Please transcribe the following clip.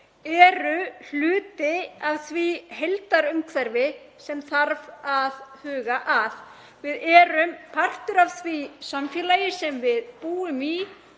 eru hluti af því heildarumhverfi sem þarf að huga að. Við erum partur af því samfélagi sem við búum í